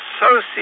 associate